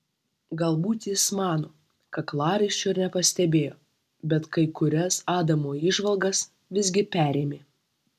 galbūt jis mano kaklaraiščio ir nepastebėjo bet kai kurias adamo įžvalgas visgi perėmė